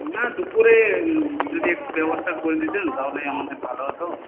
না দুপুরে যদি একটু ব্যবস্থা করে দিতেন তাহলে আমাদের ভালো হতো